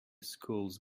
schools